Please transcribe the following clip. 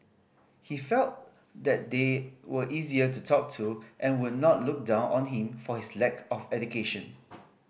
he felt that they were easier to talk to and would not look down on him for his lack of education